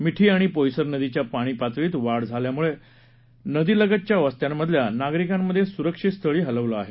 मिठी आणि पोयसर नदीच्या पाणी पातळीत वाढ झाली आहे त्यामुळे नदीलगतच्या वस्त्यांमधल्या नागरिकांना सुरक्षित स्थळी हलवलं आहे